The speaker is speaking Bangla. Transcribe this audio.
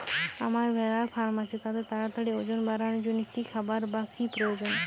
আমার ভেড়ার ফার্ম আছে তাদের তাড়াতাড়ি ওজন বাড়ানোর জন্য কী খাবার বা কী প্রয়োজন?